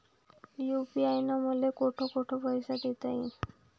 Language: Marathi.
यू.पी.आय न मले कोठ कोठ पैसे देता येईन?